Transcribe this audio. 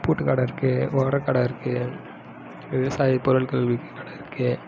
பூட்டு கடை இருக்குது உர கடை இருக்குது விவசாய பொருட்கள் விற்கிற கடை இருக்குது